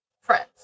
Friends